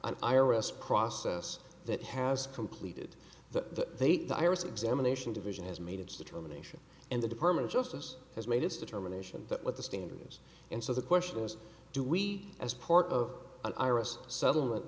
an iris process that has completed the they tyrus examination division has made its determination and the department of justice has made its determination that what the standards and so the question is do we as part of an iris settlement